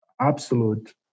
absolute